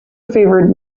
favoured